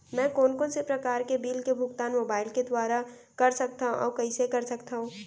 मैं कोन कोन से प्रकार के बिल के भुगतान मोबाईल के दुवारा कर सकथव अऊ कइसे कर सकथव?